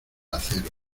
acero